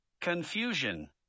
confusion